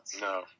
No